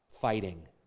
fighting